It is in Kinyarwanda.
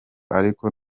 ariko